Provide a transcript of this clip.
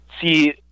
see